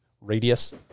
radius